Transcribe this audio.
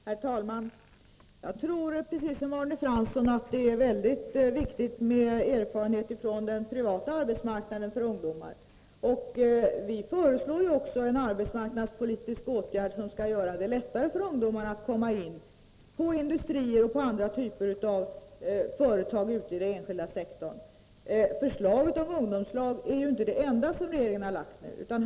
Herr talman! Jag tycker precis som Arne Fransson att det för ungdomar är mycket viktigt med erfarenheter från den privata arbetsmarknaden. Vi föreslår också en arbetsmarknadspolitisk åtgärd som skall göra det lättare för ungdomar att komma in på olika typer av företag ute i den enskilda sektorn. Förslaget om ungdomslag är inte det enda som regeringen lagt fram.